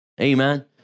amen